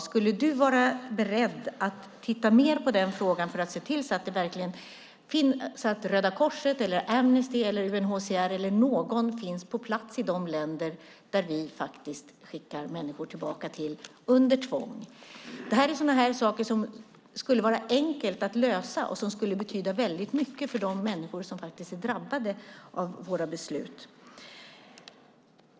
Skulle du vara beredd att titta mer på den frågan för att se till att Röda Korset, Amnesty, UNHCR eller någon finns på plats i de länder som vi skickar människor tillbaka till under tvång? Det skulle vara enkelt att lösa och betyda väldigt mycket för de människor som är drabbade av våra beslut.